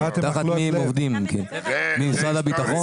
משרד הביטחון?